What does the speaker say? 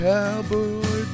Cowboy